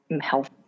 health